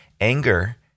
anger